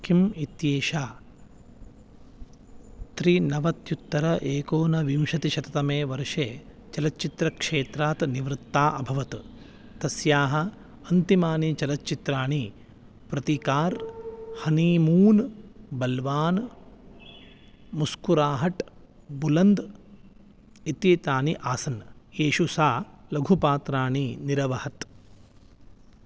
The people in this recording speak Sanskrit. किम् इत्येषा त्रिनवत्युत्तर एकोनविंशतिशततमे वर्षे चलच्चित्रक्षेत्रात् निवृत्ता अभवत् तस्याः अन्तिमानि चलच्चित्राणि प्रतिकार् हनीमून् बल्वान् मुस्कुराहट् बुलन्द् इत्येतानि आसन् येषु सा लघुपात्राणि निरवहत्